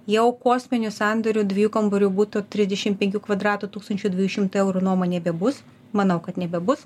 jau kosminių sandorių dviejų kambarių butų trisdešim penkių kvadratų tūkstančio dviejų šimtų eurų nuoma nebebus manau kad nebebus